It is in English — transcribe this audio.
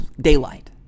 daylight